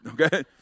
Okay